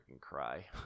cry